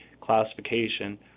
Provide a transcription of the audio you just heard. classification